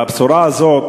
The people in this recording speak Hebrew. הבשורה הזאת,